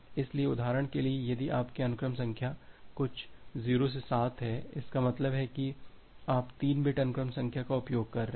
इसलिए उदाहरण के लिए यदि आपके अनुक्रम संख्या कुछ 0 से 7 हैं इसका मतलब है कि आप 3 बिट अनुक्रम संख्या का उपयोग कर रहे हैं